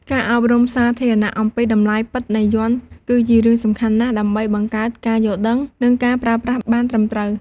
ការអប់រំសាធារណៈអំពីតម្លៃពិតនៃយ័ន្ត គឺជារឿងសំខាន់ណាស់ ដើម្បីបង្កើតការយល់ដឹង និងការប្រើប្រាស់បានត្រឹមត្រូវ។